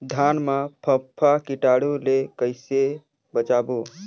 धान मां फम्फा कीटाणु ले कइसे बचाबो?